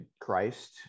Christ